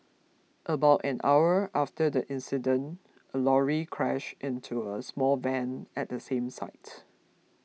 about an hour after the incident a lorry crashed into a small van at the same site